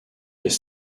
des